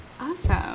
Awesome